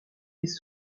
les